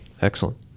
excellent